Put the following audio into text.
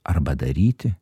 arba daryti